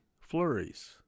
flurries